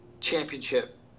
championship